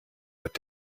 wird